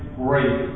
great